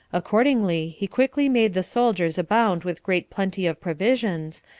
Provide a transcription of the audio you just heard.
accordingly, he quickly made the soldiers abound with great plenty of provisions,